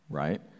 right